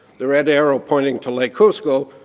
the red arrow pointing to lake hovsgol,